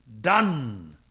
done